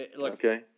Okay